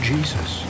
Jesus